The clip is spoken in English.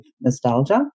nostalgia